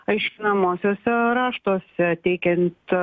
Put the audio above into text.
aiškinamuosiuose raštuose teikiant